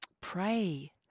pray